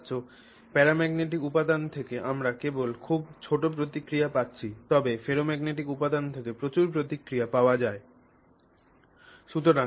দেখতে পাচ্ছ প্যারাম্যাগনেটিক উপাদান থেকে আমরা কেবল খুব ছোট প্রতিক্রিয়া পাচ্ছি তবে ফেরোম্যাগনেটিক উপাদান থেকে প্রচুর প্রতিক্রিয়া পাওয়া যাচ্ছে